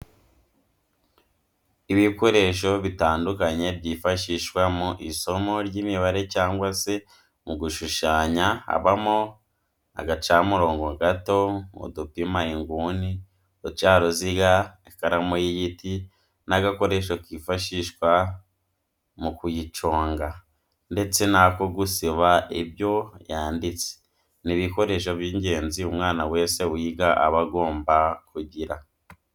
Ibikoresho bitandukanye byifashishwa mu isomo ry'imibare cyangwa se mu gushushanya habamo agacamurongo gato, udupima inguni, uducaruziga, ikaramu y'igiti n'agakoresho kifashishwa mu kuyiconga ndetse n'ako gusiba ibyo yanditse, ni ibikoresho by'ingenzi umwana wese wiga aba agomba kugira.